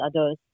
others